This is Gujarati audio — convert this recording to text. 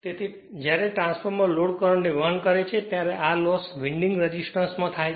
તેથી જ્યારે ટ્રાન્સફોર્મર લોડ કરંટ ને વહન કરે છે ત્યારે આ લોસ વિન્ડિંગ રેઝિસ્ટન્સ માં થાય છે